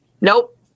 Nope